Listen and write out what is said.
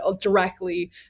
directly